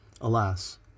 Alas